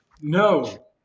No